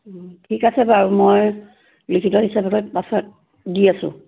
ঠিক আছে বাৰু মই লিখিত হিচাপত পাছত দি আছোঁ